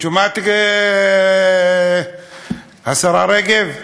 את שומעת, השרה רגב?